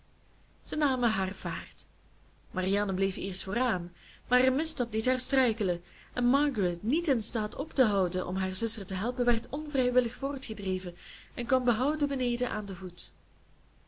ze namen haar vaart marianne bleef eerst vooraan maar een misstap deed haar struikelen en margaret niet in staat op te houden om haar zuster te helpen werd onvrijwillig voortgedreven en kwam behouden beneden aan den voet